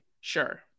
Sure